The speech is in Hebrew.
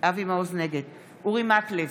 אורי מקלב,